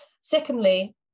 Secondly